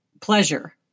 pleasure